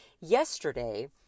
yesterday